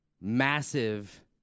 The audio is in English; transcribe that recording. massive